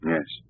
Yes